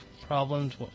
problems